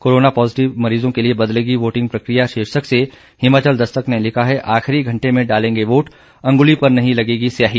corona positive मरीजों के लिए बदलेगी वोंटिग प्रकिया शीर्षक से हिमाचल दस्तक ने लिखा है आखिरी घंटे में डालेंगे वोट अंगुली पर नहीं लगेगी स्याही